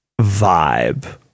vibe